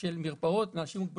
של מרפאות לאנשים עם מוגבלות,